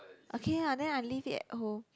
okay ah then I leave it at home